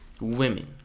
women